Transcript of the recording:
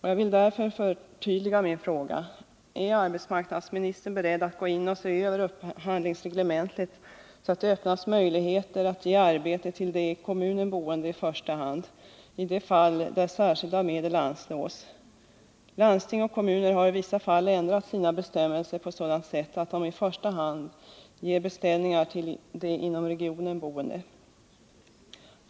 Jag vill därför förtydliga min fråga: Är arbetsmarknadsministern beredd att gå in och se över upphandlingsreglementet, så att det blir möjligt att i första hand ge arbete till de i kommunen boende i de fall särskilda medel anslås? Landsting och kommuner har i vissa fall ändrat sina bestämmelser på sådant sätt att det i första hand ges beställningar till de inom regionen boende.